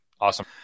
Awesome